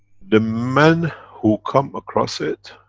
the men who come across it.